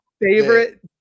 favorite